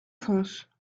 france